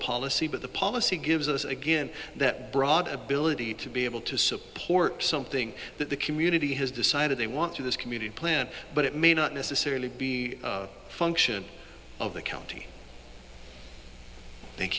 policy but the policy gives us again that broad ability to be able to support something that the community has decided they want to this community plan but it may not necessarily be a function of the county thank